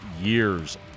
years